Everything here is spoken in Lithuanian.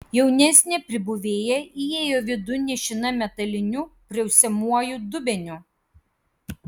jaunesnė pribuvėja įėjo vidun nešina metaliniu prausiamuoju dubeniu